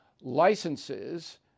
licenses